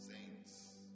saints